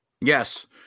Yes